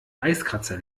eiskratzer